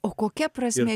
o kokia prasmė